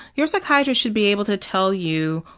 your psychiatrist should be able to tell you,